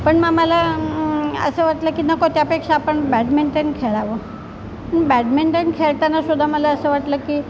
पण मग मला असं वाटलं की नको त्यापेक्षा आपण बॅडमिंटन खेळावं बॅडमिंटन खेळतानासुद्धा मला असं वाटलं की